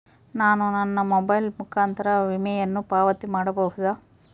ನಾನು ನನ್ನ ಮೊಬೈಲ್ ಮುಖಾಂತರ ವಿಮೆಯನ್ನು ಪಾವತಿ ಮಾಡಬಹುದಾ?